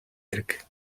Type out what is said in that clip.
хэрэг